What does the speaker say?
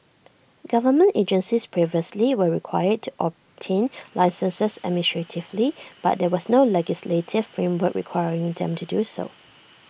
government agencies previously were required to obtain licences administratively but there was no legislative framework requiring them to do so